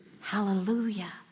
Hallelujah